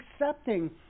accepting